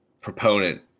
proponent